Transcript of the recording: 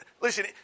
listen